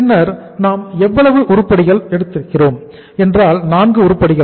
பின்னர் நாம் எவ்வளவு உருப்படிகள் எடுத்திருக்கிறோம் என்றால் 4 உருப்படிகள்